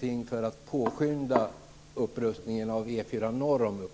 till